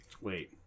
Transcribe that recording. Wait